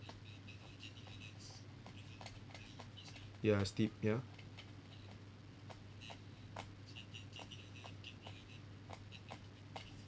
ya it's steep ya